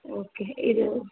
okay இது